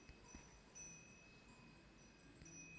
सोल्याची खूप आवक देनारी जात कोनची?